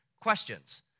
questions